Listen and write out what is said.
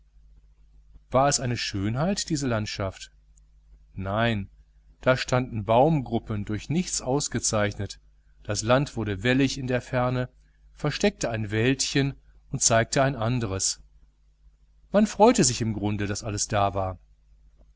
war es eine schönheit diese landschaft nein da standen baumgruppen durch nichts ausgezeichnet das land wurde wellig in der ferne versteckte ein wäldchen und zeigte ein anderes man freute sich im grunde daß alles da war